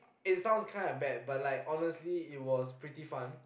it sounds kinda bad but like honestly it was pretty fun